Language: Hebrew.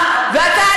ואתה,